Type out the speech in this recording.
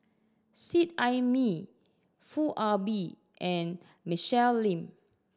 Seet Ai Mee Foo Ah Bee and Michelle Lim